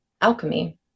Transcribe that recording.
alchemy